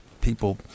People